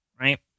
right